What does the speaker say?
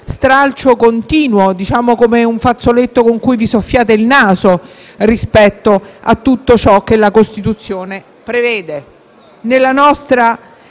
stralcio continuo, come un fazzoletto con cui vi soffiate il naso, di tutto ciò che la Costituzione prevede.